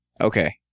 okay